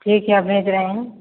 ठीक है भेज रहे हैं